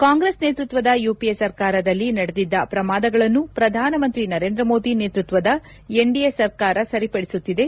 ಕಾಂಗ್ರೆಸ್ ನೇತೃತ್ವದ ಯುಪಿಎ ಸರ್ಕಾರದಲ್ಲಿ ನಡೆದಿದ್ದ ಶ್ರಮಾದಗಳನ್ನು ಪ್ರಧಾನ ಮಂತ್ರಿ ನರೇಂದ್ರ ಮೋದಿ ನೇತೃತ್ವದ ಎನ್ಡಿಎ ಸರ್ಕಾರ ಸರಿಪಡಿಸುತ್ತಿದೆ